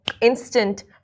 instant